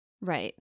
Right